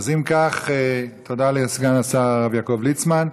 אם כך, תודה לסגן השר הרב יעקב ליצמן.